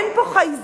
אין פה חייזרים.